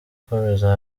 ikomeza